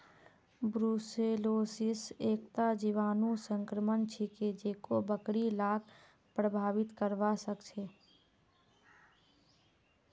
brucellosis एकता जीवाणु संक्रमण छिके जेको बकरि लाक प्रभावित करवा सकेछे